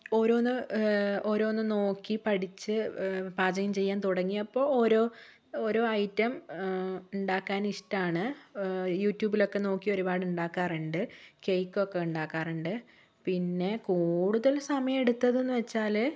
ഓരോന്ന് ഓരോന്ന് നോക്കി പഠിച്ച് പാചകം ചെയ്യാൻ തുടങ്ങിയപ്പോൾ ഓരോ ഓരോ ഐറ്റം ഉണ്ടാക്കാൻ ഇഷ്ടമാണ് യൂട്യൂബിലൊക്കെ നോക്കി ഒരുപാട് ഉണ്ടാക്കാറുണ്ട് കെയ്ക്കൊക്കെ ഉണ്ടാക്കാറുണ്ട് പിന്നെ കൂടുതൽ സമയം എടുത്തതെന്നു വച്ചാൽ